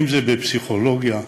אם בפסיכולוגיה,